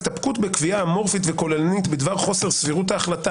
הסתפקות בקביעה אמורפית וכוללנית בדבר חוסר סבירות ההחלטה,